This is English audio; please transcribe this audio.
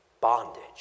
bondage